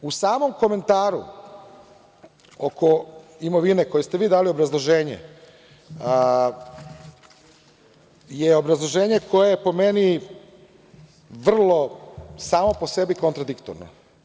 U samom komentaru oko imovine, koje ste vi dali obrazloženje, je obrazloženje koje je, po meni vrlo, samo po sebi kontradiktorno.